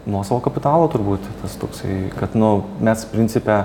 nuosavo kapitalo turbūt tas toksai kad nu mes principe